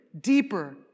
deeper